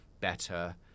better